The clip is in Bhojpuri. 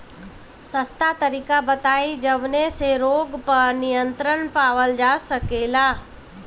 सस्ता तरीका बताई जवने से रोग पर नियंत्रण पावल जा सकेला?